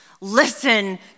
listen